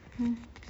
hmm